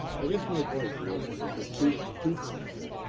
i guess my point, your worship, is there's two two points here.